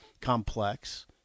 complex